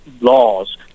laws